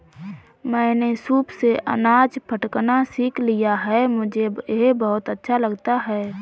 मैंने सूप से अनाज फटकना सीख लिया है मुझे यह बहुत अच्छा लगता है